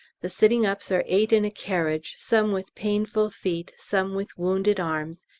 the sitting-ups are eight in a carriage, some with painful feet, some with wounded arms,